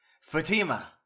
Fatima